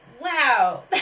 wow